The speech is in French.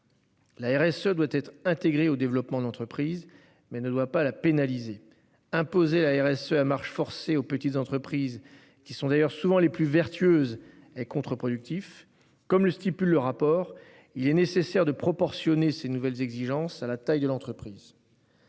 L'ARS doit être intégrée au développement de l'entreprise mais ne doit pas la pénaliser imposer la RSE à marche forcée aux petites entreprises qui sont d'ailleurs souvent les plus vertueuses et contreproductif comme le stipule le rapport il est nécessaire de proportionner ces nouvelles exigences à la taille de l'entreprise.